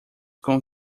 com